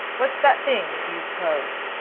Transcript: what's that thing, do you suppose?